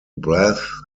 breath